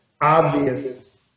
Obvious